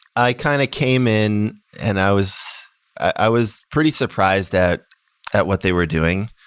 i kind of came in and i was i was pretty surprised at at what they were doing.